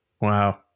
wow